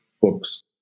books